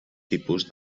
tipus